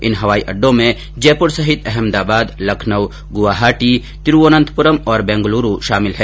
इन हवाई अड्डों में जयपुर सहित अहमदाबाद लखनऊ गुवाहाटी तिरूवनंतपुरम और बैंगलुरू शामिल है